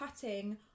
cutting